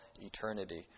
eternity